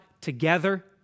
together